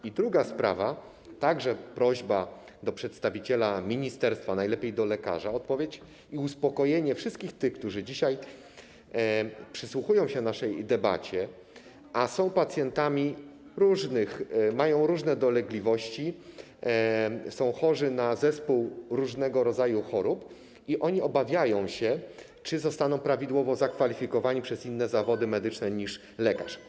I druga sprawa, to także prośba do przedstawiciela ministerstwa, najlepiej do lekarza, o odpowiedź i uspokojenie wszystkich tych, którzy dzisiaj przysłuchują się naszej debacie, a są pacjentami i mają różne dolegliwości, są chorzy na zespół różnego rodzaju chorób i oni obawiają się, czy zostaną prawidłowo zakwalifikowani przez przedstawicieli innych zawodów medycznych niż lekarz.